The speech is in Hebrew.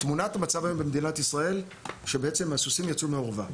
שתמונת המצב היום במדינת ישראל היא שבעצם הסוסים ברחו מהאורווה.